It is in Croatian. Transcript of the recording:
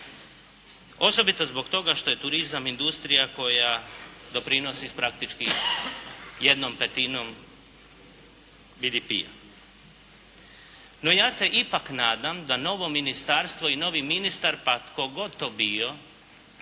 Osobito zbog toga što je turizam industrija koja doprinosi praktički jednom petinom BDP-a. No ja se ipak nadam da novo ministarstvo i novi ministar pa tko god to bio,